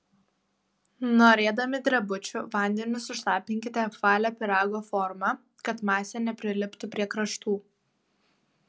norėdami drebučių vandeniu sušlapinkite apvalią pyrago formą kad masė nepriliptų prie kraštų